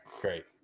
great